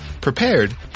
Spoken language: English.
prepared